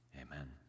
amen